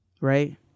right